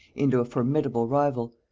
into a formidable rival,